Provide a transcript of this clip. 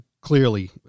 clearly